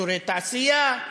אזורי תעשייה,